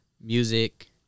music